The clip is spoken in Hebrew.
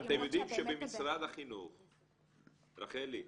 אתם יודעים שבמשרד החינוך, רחלי,